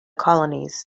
colonies